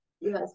Yes